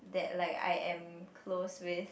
that like I am close with